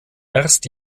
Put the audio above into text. erst